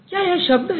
क्या यह शब्द है